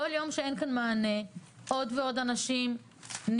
כל יום שאין כאן מענה עוד ועוד אנשים נפגעים.